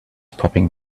popping